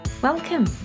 Welcome